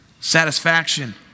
satisfaction